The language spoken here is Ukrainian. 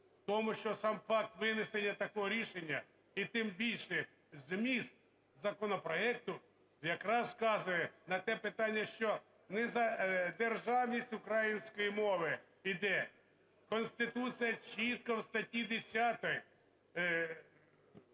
тому, що сам факт винесення такого рішення, і тим більше зміст законопроекту, якраз вказує на те питання, що не за державність української мови йде. Конституція чітко в статті 10